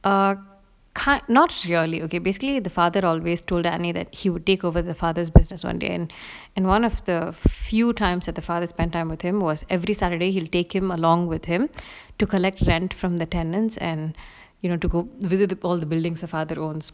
err kind not surely okay basically the father always told danny that he would take over the father's business one day and and one of the few times that the father spent time with him was every saturday he'll take him along with him to collect rent from the tenants and you know to go visit the all the buildings the father owns